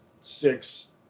six